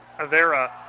avera